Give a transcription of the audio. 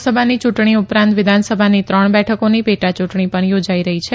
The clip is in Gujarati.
લોકસભાની યુંટણી ઉપરાંત વિધાનસભાની ત્રણ બેઠકોની પેટા યુંટણી પણ યોજાઈ રહી છે